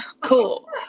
cool